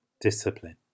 discipline